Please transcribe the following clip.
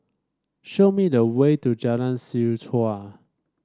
show me the way to Jalan Seh Chuan